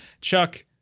Chuck